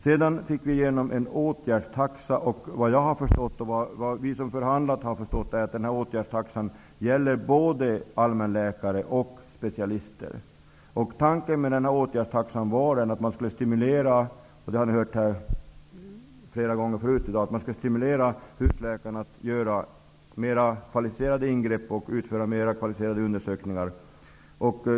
Sedan fick vi igenom en åtgärdstaxa. Såvitt jag har förstått, och vad vi som förhandlat har förstått, gäller åtgärdstaxan både allmänläkare och specialister. Tanken med åtgärdstaxan var att man skulle stimulera husläkarna -- vilket vi har hört flera gånger förut här i dag -- till att göra mer kvalificerade ingrepp och utföra mer kvalificerade undersökningar.